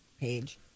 page